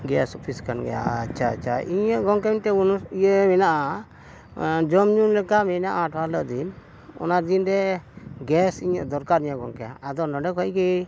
gas office ᱠᱟᱱ ᱜᱮᱭᱟ ᱟᱪᱪᱷᱟ ᱟᱪᱪᱷᱟ ᱤᱧᱟᱹᱜ ᱜᱚᱢᱠᱮ ᱢᱤᱫᱴᱮᱱ ᱤᱭᱟᱹ ᱢᱮᱱᱟᱜᱼᱟ ᱡᱚᱢ ᱧᱩ ᱞᱮᱠᱟ ᱢᱮᱱᱟᱜᱼᱟ ᱟᱴᱷᱟᱨᱚ ᱦᱤᱞᱳᱜ ᱫᱤᱱ ᱚᱱᱟ ᱫᱤᱱ ᱨᱮ ᱜᱮᱥ ᱤᱧᱟᱹᱜ ᱫᱚᱨᱠᱟᱨ ᱤᱧᱟᱹ ᱜᱚᱢᱠᱮ ᱟᱫᱚ ᱱᱚᱰᱮ ᱠᱷᱚᱱ ᱜᱮ